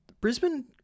Brisbane